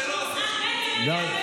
רגע,